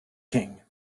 king